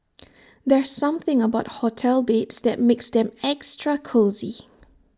there's something about hotel beds that makes them extra cosy